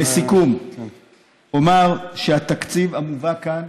לסיכום אומר שהתקציב המובא כאן